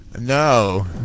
No